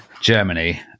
germany